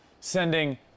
sending